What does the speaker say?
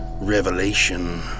Revelation